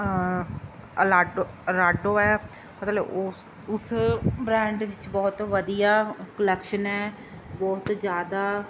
ਅਲਾਡੋ ਅਰਾਡੋ ਹੈ ਮਤਲਬ ਓਸ ਉਸ ਬ੍ਰੈਂਡ ਵਿੱਚ ਬਹੁਤ ਵਧੀਆ ਕੁਲੈਕਸ਼ਨ ਹੈ ਬਹੁਤ ਜ਼ਿਆਦਾ